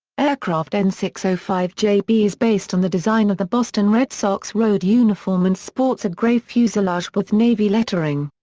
aircraft n six zero so five j b is based on the design of the boston red sox road uniform and sports a grey fuselage with navy lettering.